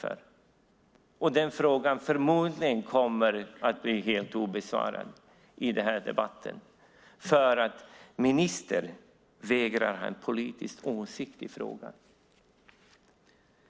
Den frågan kommer förmodligen att bli helt obesvarad i den här debatten, eftersom ministern vägrar att ha en politisk åsikt i frågan.